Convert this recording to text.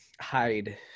hide